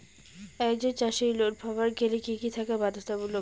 একজন চাষীর লোন পাবার গেলে কি কি থাকা বাধ্যতামূলক?